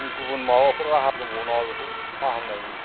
गुबुन माबाफोर राहा दंबावो नामा बेखौ फाहामनायनि